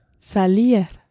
Salir